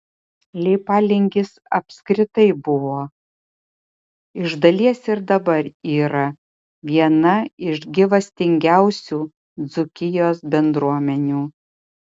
leipalingis apskritai buvo iš dalies ir dabar yra viena iš gyvastingiausių dzūkijos bendruomenių